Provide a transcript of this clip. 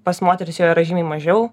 pas moteris jo yra žymiai mažiau